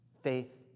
Faith